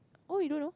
oh you don't know